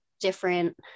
different